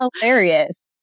hilarious